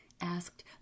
asked